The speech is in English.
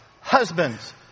Husbands